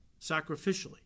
sacrificially